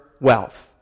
wealth